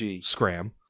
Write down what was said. Scram